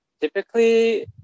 typically